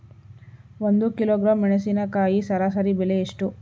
ಒಂದು ಕಿಲೋಗ್ರಾಂ ಮೆಣಸಿನಕಾಯಿ ಸರಾಸರಿ ಬೆಲೆ ಎಷ್ಟು?